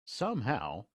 somehow